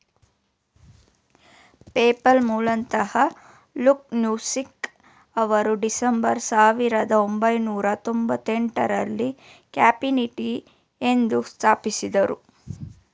PayPal ಮೂಲತಃ Luke Nosek ಅವರು December ಸಾವಿರದ ಒಂಬೈನೂರ ತೊಂಭತ್ತೆಂಟು ರಲ್ಲಿ ಕಾನ್ಫಿನಿಟಿ ಎಂದು ಸ್ಥಾಪಿಸಿದ್ದ್ರು